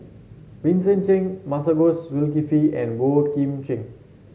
Vincent Cheng Masagos Zulkifli and Boey Kim Cheng